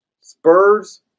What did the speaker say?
Spurs